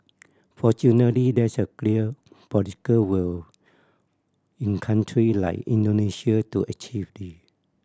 fortunately there is a clear political will in country like Indonesia to achieve this